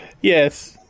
Yes